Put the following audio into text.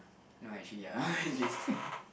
no actually ya I did